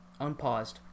Unpaused